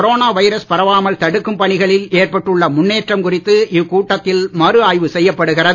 corona virus பரவாமல் தடுக்கும் பணிகளில் ஏற்பட்டுள்ள முன்னேற்றம் குறித்து இக்கூட்டத்தில் மறுஆய்வு செய்யப்படுகிறது